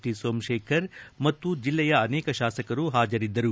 T Somashekar ಮತ್ತು ಜಿಲ್ಲೆಯ ಅನೇಕ ಶಾಸಕರು ಹಾಜರಿದ್ದರು